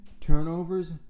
Turnovers